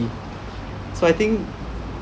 so I think